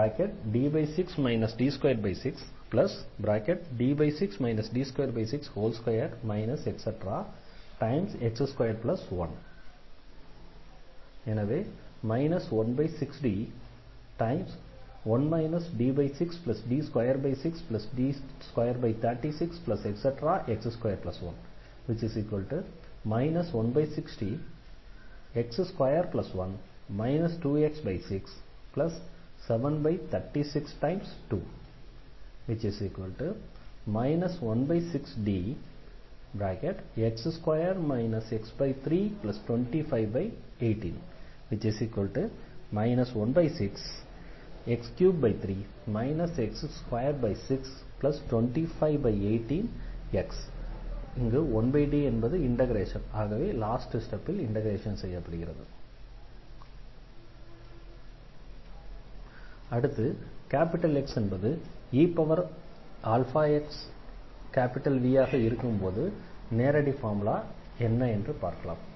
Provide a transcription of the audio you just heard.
16D1 D6 D26D6 D262 x21 எனவே 16D1 D6D26D236x21 16Dx21 2x67362 16Dx2 x32518 16x33 x262518x அடுத்து X என்பது eaxV ஆக இருக்கும்போது நேரடி ஃபார்முலாவை பார்க்கலாம்